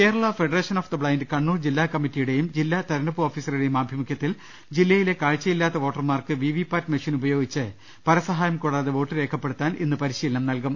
Kerala federation of the blind Kannur ജില്ലാ committee യുടേയും ജില്ലാ തെരഞ്ഞെടുപ്പ് ഓഫീസറുടേയും ആഭിമുഖ്യത്തിൽ ജില്ലയിലെ കാഴ്ചയില്ലാത്ത വോട്ടർമാർക്ക് വിവി പാറ്റ് മെഷീൻ ഉപ യോഗിച്ച് പരസഹായം കൂടാതെ വോട്ടു രേഖപ്പെടുത്താൻ ഇന്ന് പരി ശീലനം നൽകും